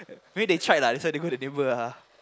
maybe they tried lah that's why they go the table ah